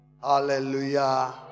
hallelujah